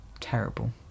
terrible